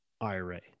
IRA